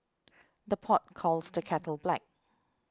the pot calls the kettle black